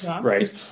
Right